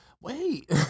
wait